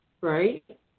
right